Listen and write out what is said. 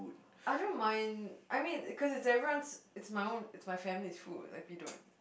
I don't mind I mean because it's everyone's it's my own it's my family's food like we don't